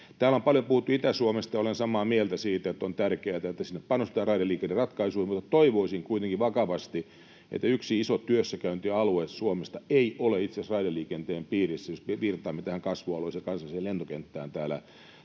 Täällä on paljon puhuttu Itä-Suomesta, ja olen samaa mieltä siitä, että on tärkeätä, että sinne panostetaan raideliikenneratkaisuihin, mutta yksi iso työssäkäyntialue Suomesta ei ole itse asiassa raideliikenteen piirissä, jos viitataan nyt tähän kasvualueeseen ja kansalliseen lentokenttään täällä